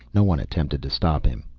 no one attempted to stop him.